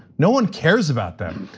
no one cares about them.